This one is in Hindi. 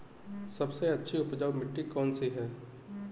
सबसे अच्छी उपजाऊ मिट्टी कौन सी है?